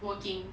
working